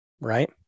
right